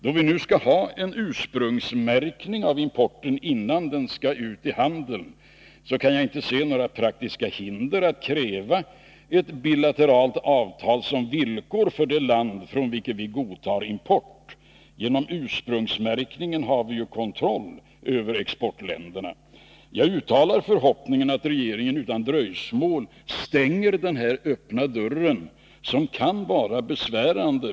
Då vi nu skall ha en ursprungsmärkning av importvarorna innan de skall ut i handeln, kan jaginte se några praktiska hinder för att kräva ett bilateralt avtal som villkor för det land från vilket vi godtar import. Genom ursprungsmärkningen har vi ju kontroll över exportländerna. a Jag uttalar förhoppningen att regeringen utan dröjsmål stänger den här öppna dörren, som kan vara besvärande.